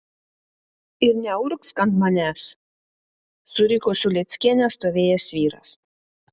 ir neurgzk ant manęs suriko su lėckiene stovėjęs vyras